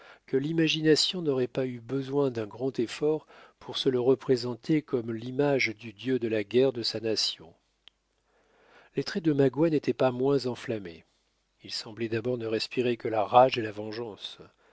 que l'imagination n'aurait pas eu besoin d'un grand effort pour se le représenter comme l'image du dieu de la guerre de sa nation les traits de magua n'étaient pas moins enflammés il semblait d'abord ne respirer que la rage et la vengeance